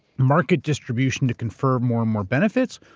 market distribution to confirm more and more benefits?